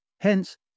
Hence